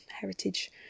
heritage